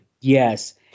Yes